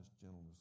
gentleness